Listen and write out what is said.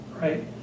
right